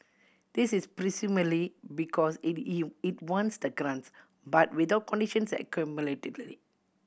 this is presumably because it it wants the grants but without conditions and accountability